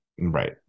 right